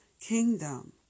kingdom